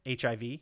HIV